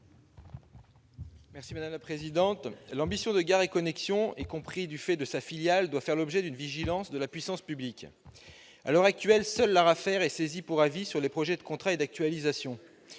M. Guillaume Gontard. L'ambition de Gares & Connexions, y compris du fait de sa filiale, doit faire l'objet d'une vigilance de la puissance publique. À l'heure actuelle, seule l'ARAFER est saisie pour avis sur les projets de contrat et d'actualisation.